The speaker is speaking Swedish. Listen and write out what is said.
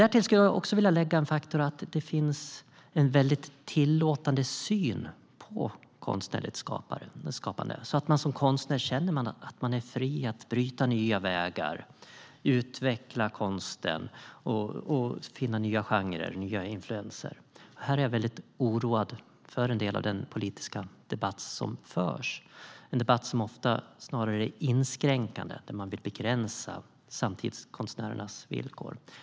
Därtill skulle jag vilja lägga faktorn att det finns en väldigt tillåtande syn på konstnärligt skapande så att man som konstnär känner att man är fri att bryta nya vägar, utveckla konsten och finna nya genrer och influenser. Här är jag väldigt oroad av en del av den politiska debatt som förs, en debatt som ofta snarare är inskränkande och vill begränsa samtidskonstnärernas villkor.